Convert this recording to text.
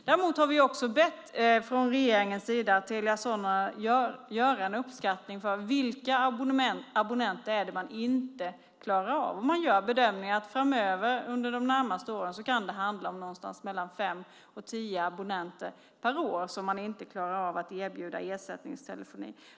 Däremot har vi från regeringens sida bett Telia Sonera att göra en uppskattning av vilka abonnenter det är man inte klarar av. Och man gör bedömningen att under de närmaste åren kan det handla om någonstans mellan fem och tio abonnenter per år som man inte klarar av att erbjuda ersättningstelefoni.